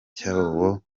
cyobo